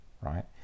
right